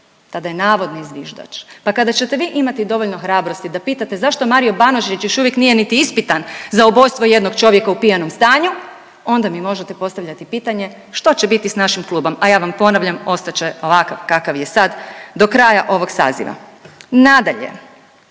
tada je navodni zviždač, pa kada ćete vi imati dovoljno hrabrosti da pitate zašto Mario Banožić još uvijek nije niti ispitan za ubojstvo jednog čovjeka u pijanom stanju onda mi možete postavljati pitanje što će biti s našim klubom, a ja vam ponavljam ostat će ovakav kakav je sad do kraja ovog saziva. Nadalje,